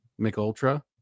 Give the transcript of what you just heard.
McUltra